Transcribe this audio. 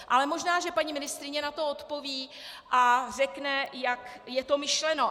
Ale možná že paní ministryně na to odpoví a řekne, jak je to myšleno.